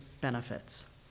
benefits